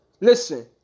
Listen